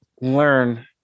learn